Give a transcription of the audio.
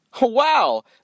Wow